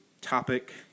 topic